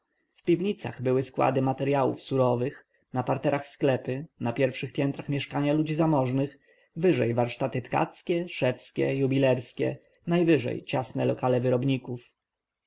w piwnicach były składy materjałów surowych na parterach sklepy na pierwszych piętrach mieszkania ludzi zamożnych wyżej warsztaty tkackie szewckie jubilerskie najwyżej ciasne lokale wyrobników